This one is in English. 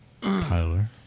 Tyler